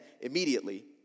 immediately